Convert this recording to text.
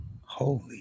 Holy